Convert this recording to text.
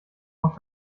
noch